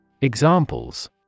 Examples